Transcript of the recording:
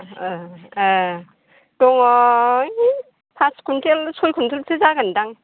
ओ ओ दङ ऐ पास कुन्टेल सय कुन्टेलसो जागोनदां